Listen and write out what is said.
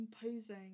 composing